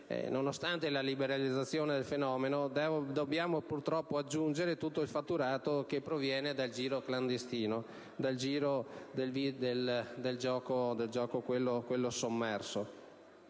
nonostante la liberalizzazione del fenomeno, dobbiamo purtroppo aggiungere tutto il fatturato che proviene dal giro clandestino del gioco sommerso.